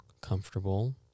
comfortable